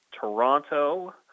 Toronto